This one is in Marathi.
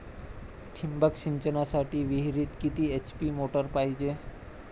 ठिबक सिंचनासाठी विहिरीत किती एच.पी ची मोटार पायजे?